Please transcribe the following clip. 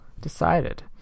decided